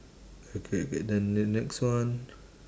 okay K then then next one